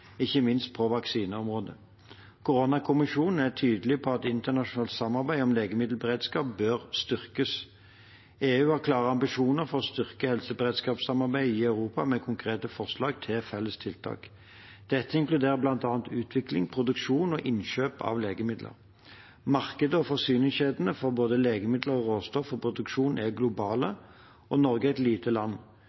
ikke minst på vaksineområdet. Koronakommisjonen er tydelig på at internasjonalt samarbeid om legemiddelberedskap bør styrkes. EU har klare ambisjoner for å styrke helseberedskapssamarbeidet i Europa med konkrete forslag til felles tiltak. Dette inkluderer bl.a. utvikling, produksjon og innkjøp av legemidler. Markedet og forsyningskjedene for både legemidler, råstoff og produksjon er globale, og Norge er et lite land.